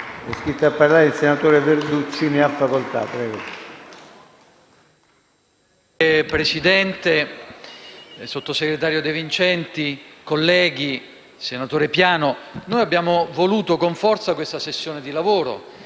Presidente, signor sottosegretario De Vincenti, colleghi senatori, senatore Piano, abbiamo voluto con forza questa sessione di lavoro